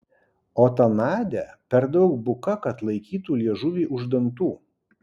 o ta nadia per daug buka kad laikytų liežuvį už dantų